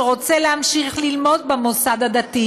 שרוצה להמשיך ללמוד במוסד הדתי,